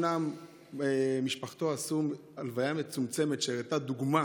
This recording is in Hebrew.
אומנם משפחתו עשו הלוויה מצומצמת, שהייתה דוגמה